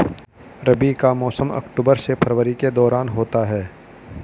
रबी का मौसम अक्टूबर से फरवरी के दौरान होता है